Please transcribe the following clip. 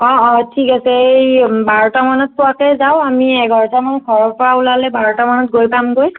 অ অ ঠিক আছে এই বাৰটা মানত পোৱাকৈ যাওঁ আমি এঘাৰটা মানত ঘৰৰ পৰা ওলালে বাৰটা মানত গৈ পামগৈ